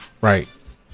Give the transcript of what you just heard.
right